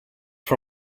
for